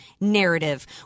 narrative